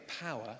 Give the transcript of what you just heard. power